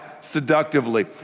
seductively